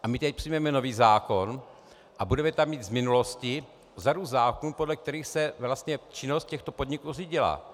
A my teď přijmeme nový zákon a budeme tam mít z minulosti řadu zákonů, podle kterých se vlastně činnost těchto podniků řídila.